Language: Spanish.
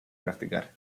practicar